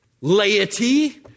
Laity